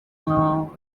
now